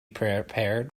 prepared